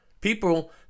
people